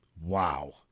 Wow